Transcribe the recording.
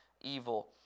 evil